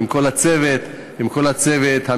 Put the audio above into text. עם כל הצוות המקצועי,